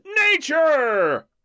NATURE